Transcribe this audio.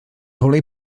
holi